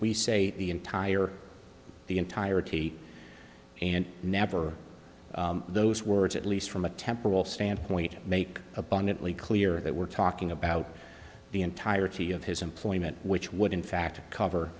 we say the entire the entirety and never those words at least from a temporal standpoint make abundantly clear that we're talking about the entirety of his employment which would in fact cover